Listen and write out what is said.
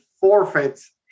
forfeits